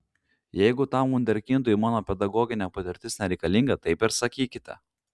jeigu tam vunderkindui mano pedagoginė patirtis nereikalinga taip ir sakykite